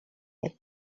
jak